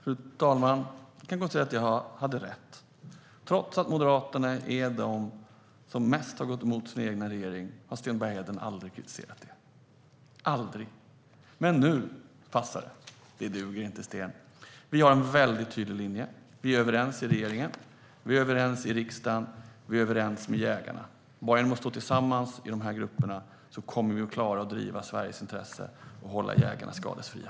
Fru talman! Jag kan gott säga att jag hade rätt. Trots att Moderaterna är de som mest har gått emot sin egen regering har Sten Bergheden aldrig kritiserat det - aldrig. Men nu passar det. Det duger inte, Sten! Vi har en mycket tydlig linje. Vi är överens i regeringen. Vi är överens i riksdagen. Vi är överens med jägarna. Bara genom att stå tillsammans i de här grupperna kommer vi att klara att driva Sveriges intresse och hålla jägarna skadeslösa.